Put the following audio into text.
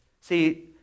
See